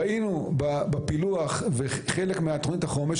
ראינו בפילוח וחלק מתוכנית החומש,